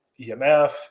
EMF